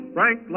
Frank